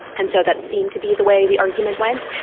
and so that seemed to be the way the argument went.